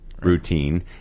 routine